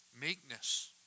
meekness